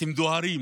אתם דוהרים